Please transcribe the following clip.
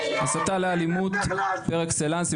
הסתה לאלימות פר אקסלנס.